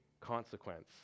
consequence